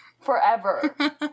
forever